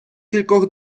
кількох